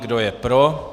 Kdo je pro?